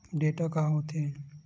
Data का होथे?